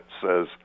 says